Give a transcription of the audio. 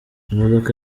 imodoka